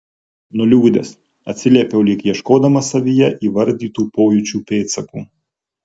nuliūdęs atsiliepiau lyg ieškodamas savyje įvardytų pojūčių pėdsakų